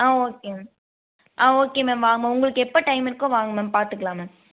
ஆ okay ma'am ஆ okay ma'am வாங்க உங்களுக்கு எப்போ டைம் இருக்கோ வாங்க மேம் பார்த்துக்கலாம் மேம்